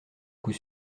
coup